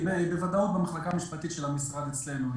היא נמצאת בוודאות במחלקה המשפטית של המשרד אצלנו.